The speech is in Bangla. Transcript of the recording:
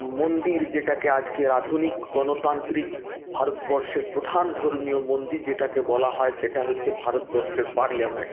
মন্দির যেটাকে আজকের আধুনিক গণতান্ত্রিক ভারতবর্ষের প্রধান ধর্মীয় মন্দির যেটাকে বলা হয় সেটা হচ্ছে ভারতবর্ষের পার্লামেন্ট